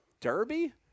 derby